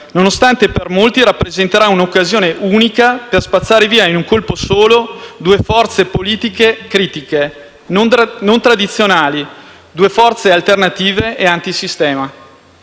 nonostante per molti possa rappresentare un'occasione unica per spazzare via in un colpo solo due forze politiche critiche e non tradizionali, due forze alternative e antisistema,